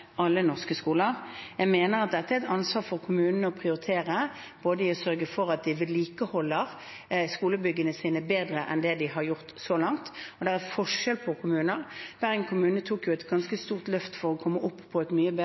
norske skoler. Jeg mener dette er et ansvar for kommunene å prioritere og å sørge for at de vedlikeholder skolebyggene sine bedre enn det de har gjort så langt. Det er forskjell på kommuner. Bergen kommune tok et ganske stort løft for å komme opp på et mye bedre